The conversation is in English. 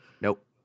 Nope